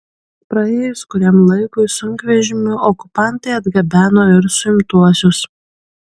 praėjus kuriam laikui sunkvežimiu okupantai atgabeno ir suimtuosius